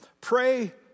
Pray